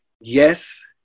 yes